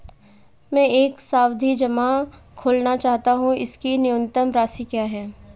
मैं एक सावधि जमा खोलना चाहता हूं इसकी न्यूनतम राशि क्या है?